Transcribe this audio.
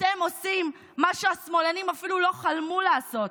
אתם עושים מה שהשמאלנים אפילו לא חלמו לעשות.